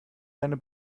deine